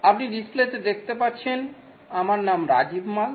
আপনি ডিসপ্লেতে দেখতে পাচ্ছেন আমার নাম রাজিব মাল